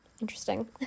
interesting